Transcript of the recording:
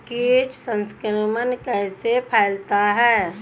कीट संक्रमण कैसे फैलता है?